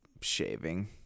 shaving